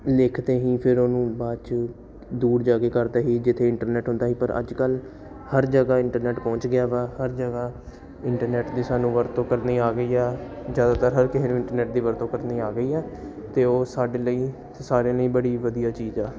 ਲਿਖਦੇ ਸੀ ਫੇਰ ਉਹਨੂੰ ਬਾਅਦ 'ਚ ਦੂਰ ਜਾ ਕੇ ਕਰਦੇ ਸੀ ਜਿੱਥੇ ਇੰਟਰਨੈੱਟ ਹੁੰਦਾ ਸੀ ਪਰ ਅੱਜ ਕੱਲ੍ਹ ਹਰ ਜਗ੍ਹਾ ਇੰਟਰਨੈੱਟ ਪੁਹੰਚ ਗਿਆ ਵਾ ਹਰ ਜਗ੍ਹਾ ਇੰਟਰਨੈੱਟ ਦੀ ਸਾਨੂੰ ਵਰਤੋਂ ਕਰਨੀ ਆ ਗਈ ਆ ਜ਼ਿਆਦਾਤਰ ਹਰ ਕਿਸੇ ਨੂੰ ਇੰਟਰਨੈੱਟ ਦੀ ਵਰਤੋਂ ਕਰਨੀ ਆ ਗਈ ਹੈ ਅਤੇ ਉਹ ਸਾਡੇ ਲਈ ਅਤੇ ਸਾਰਿਆਂ ਲਈ ਬੜੀ ਵਧੀਆ ਚੀਜ਼ ਆ